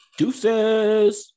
Deuces